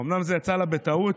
אומנם זה יצא לה בטעות.